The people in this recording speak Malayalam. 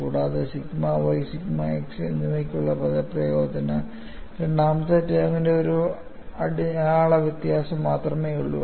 കൂടാതെ സിഗ്മ y സിഗ്മ x എന്നിവയ്ക്കുള്ള പദപ്രയോഗത്തിന് രണ്ടാമത്തെ ടേമിന്റെ ഒരു അടയാള വ്യത്യാസം മാത്രമേയുള്ളൂ